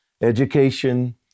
Education